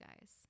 guys